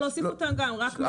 האחרונים, אפשר להוסיף אותם גם.